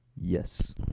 Yes